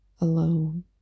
alone